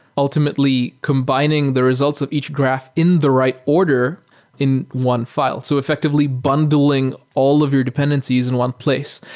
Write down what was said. ultimately combining the results of each graph in the right order in one fi le, so effectively bundling all of your dependencies in one place.